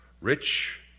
rich